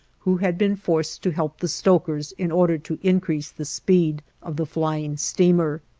who had been forced to help the stokers in order to increase the speed of the flying steamer.